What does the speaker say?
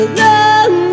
long